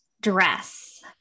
dress